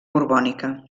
borbònica